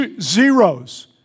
zeros